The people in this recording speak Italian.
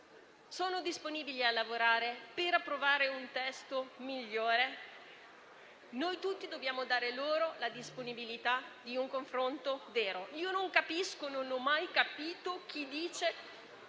sono disponibili a lavorare per approvare un testo migliore, allora noi tutti dobbiamo dare loro la disponibilità di un confronto vero. Non capisco e non ho mai capito chi dice